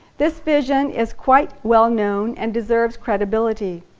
this vision is quite well-known and deserves credibility.